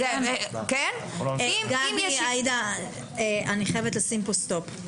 אני חייבת לעצור פה.